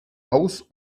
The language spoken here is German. aus